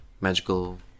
magical